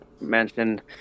mentioned